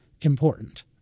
important